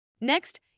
Next